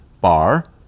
Bar